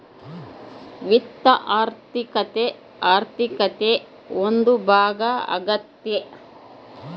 ವಿತ್ತ ಆರ್ಥಿಕತೆ ಆರ್ಥಿಕತೆ ಒಂದು ಭಾಗ ಆಗ್ಯತೆ